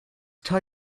tell